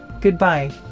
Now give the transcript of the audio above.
Goodbye